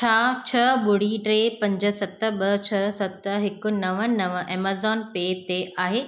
छा छह ॿुड़ी टे पंज सत ॿ छह सत हिकु नव नव ऐमज़ॉन पे ते आहे